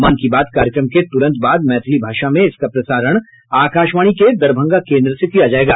मन की बात कार्यक्रम के तुरंत बाद मैथिली भाषा में इसका प्रसारण आकाशवाणी के दरभंगा केन्द्र से किया जायेगा